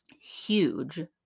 huge